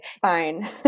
Fine